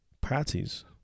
parties